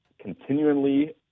continually